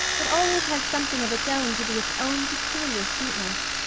it always has something of its own to be its own peculiar sweetness.